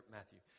Matthew